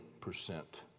percent